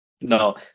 No